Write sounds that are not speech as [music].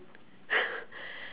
[laughs]